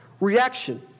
reaction